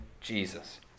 Jesus